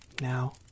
Now